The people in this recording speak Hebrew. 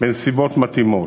בנסיבות מתאימות,